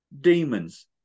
Demons